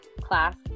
class